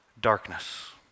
darkness